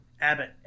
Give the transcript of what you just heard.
Abbott